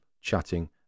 chatting